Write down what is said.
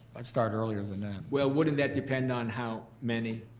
i'd start earlier than that. well, wouldn't that depend on how many?